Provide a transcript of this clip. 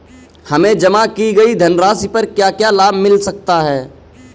हमें जमा की गई धनराशि पर क्या क्या लाभ मिल सकता है?